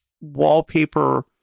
wallpaper